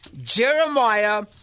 Jeremiah